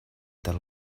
ter